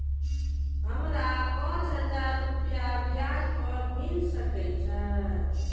हमरा पाँच हजार रुपया ब्याज पर मिल सके छे?